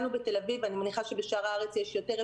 לנו בתל אביב אני מניחה שבשאר הארץ יש יותר,